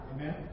Amen